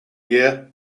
year